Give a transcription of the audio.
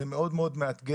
זה מאוד מאתגר.